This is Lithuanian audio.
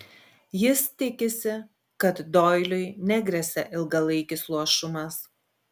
jis tikisi kad doiliui negresia ilgalaikis luošumas